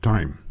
Time